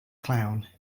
clown